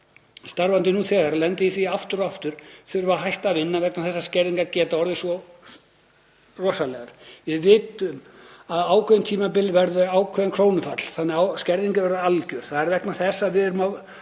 starfandi nú þegar og lenda í því aftur og aftur að þurfa að hætta að vinna vegna þess að skerðingar geta orðið svo rosalegar. Við vitum að á ákveðnum tímabilum verður ákveðið krónufall þannig að skerðingin verður alger.